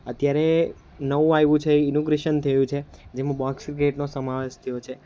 અત્યારે નવું આવ્યું છે ઈનોગ્રેશન થયું છે જેમાં બોક્સ ક્રિકેટનો સમાવેશ થયો છે